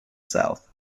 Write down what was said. south